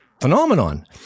phenomenon